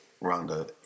Ronda